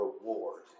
reward